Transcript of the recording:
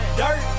dirt